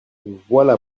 voilà